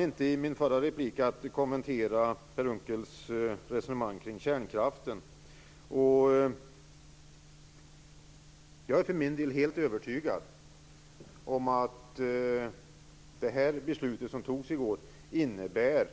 I min förra replik hann jag inte kommentera Per Unckels resonemang om kärnkraften. Jag är för min del helt övertygad om att det beslut som fattades i går innebär